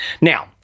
Now